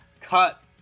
cut